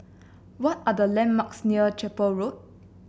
what are the landmarks near Chapel Road